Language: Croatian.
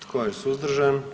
Tko je suzdržan?